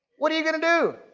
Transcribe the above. what do you gonna do?